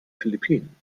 philippinen